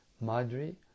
Madri